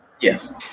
Yes